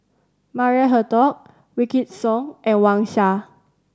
Maria Hertogh Wykidd Song and Wang Sha